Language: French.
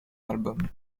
albums